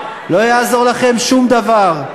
לא יעזור לכם שום דבר.